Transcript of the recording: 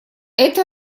это